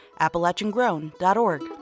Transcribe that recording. AppalachianGrown.org